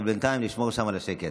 בינתיים לשמור שם על השקט.